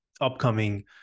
upcoming